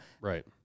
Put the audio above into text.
Right